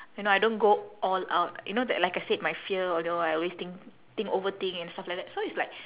you know I don't go all out you know that like I said my fear or you know I always think think overthink and stuff like that so it's like